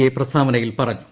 A പ്രസ്താവനയിൽ പറഞ്ഞു